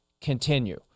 continue